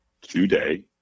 today